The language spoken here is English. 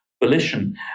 volition